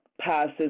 passes